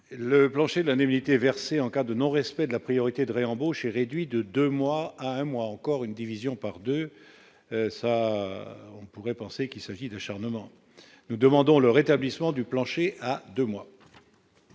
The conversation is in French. Le plancher l'anémie étaient versées en cas de non respect de la priorité de réembauche et réduit de 2 mois à un mois encore une division par 2, ça, on pourrait penser qu'il s'agit de acharnement nous demandons le rétablissement du plancher à 2 mois.